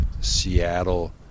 Seattle